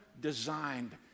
designed